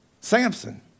Samson